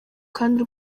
kandi